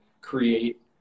create